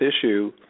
issue